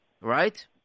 right